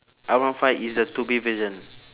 R one five is the two B version